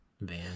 van